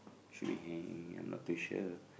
should we hang I'm not too sure